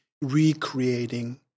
recreating